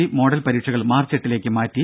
E model പരീക്ഷകൾ March എട്ടിലേക്ക് മാറ്റി